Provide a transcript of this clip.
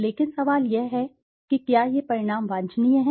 लेकिन सवाल यह है कि क्या ये परिणाम वांछनीय हैं